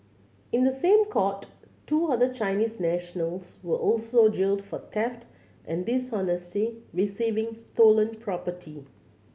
in the same court two other Chinese nationals were also jailed for theft and dishonestly receiving stolen property